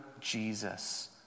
Jesus